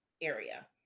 area